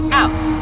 out